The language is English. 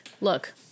look